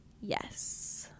yes